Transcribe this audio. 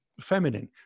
feminine